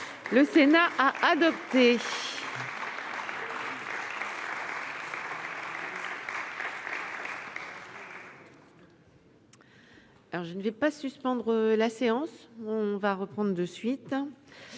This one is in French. Le Sénat a adopté